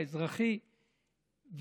האזרחי,